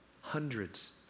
hundreds